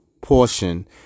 portion